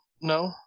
no